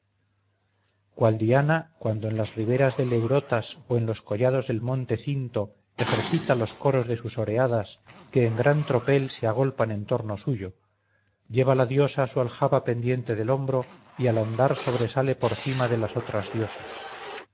cual diana cuando en las riberas del eurotas o en los collados del monte cinto ejercita los coros de sus oreadas que en gran tropel se agolpan en torno suyo lleva la diosa su aljaba pendiente del hombro y al andar sobresale por cima de las otras diosas